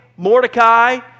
Mordecai